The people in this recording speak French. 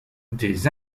des